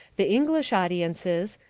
the english audiences,